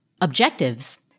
objectives